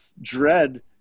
dread